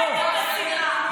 אתם המצאתם את השנאה.